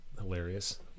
hilarious